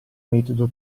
metodo